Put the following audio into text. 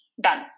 done